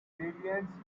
brilliance